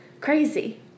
Crazy